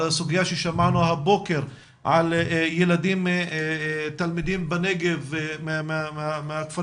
על הסוגיה ששמענו הבוקר על תלמידים בנגב מהכפרים